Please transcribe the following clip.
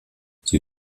sie